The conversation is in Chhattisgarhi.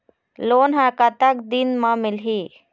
लोन ह कतक दिन मा मिलही?